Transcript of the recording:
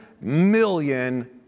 million